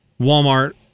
Walmart